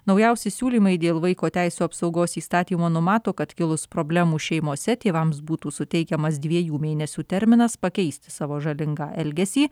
naujausi siūlymai dėl vaiko teisių apsaugos įstatymo numato kad kilus problemų šeimose tėvams būtų suteikiamas dviejų mėnesių terminas pakeisti savo žalingą elgesį